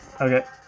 Okay